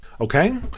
Okay